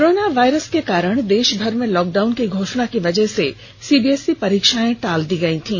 corona virus के कारण देशभर में लॉकडाउन की घोषणा की वजह से सीबीएसई परीक्षाएं टाल दी गयी थीं